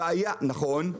נכון.